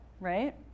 right